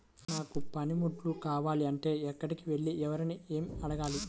నాకు పనిముట్లు కావాలి అంటే ఎక్కడికి వెళ్లి ఎవరిని ఏమి అడగాలి?